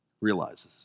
realizes